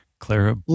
Clara